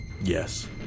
Yes